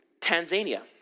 Tanzania